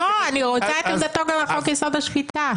לא, אני רוצה את עמדתו גם על חוק יסוד השפיטה.